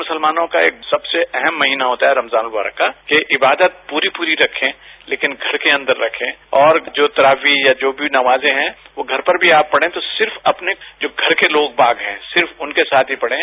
मुसलमानों का एक सबसे अहम महीना होता है रमजान मुबारक का कि इबादत पूरी पूरी रखें लेकिन घर के अंदर रखें और जो भी नमाजें हैं वो घर पर भी आप पढ़ें तो सिर्फ आपके घर के लोग हैं उनके साथ ही पढ़ें